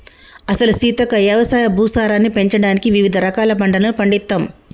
అసలు సీతక్క యవసాయ భూసారాన్ని పెంచడానికి వివిధ రకాల పంటలను పండిత్తమ్